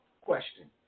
question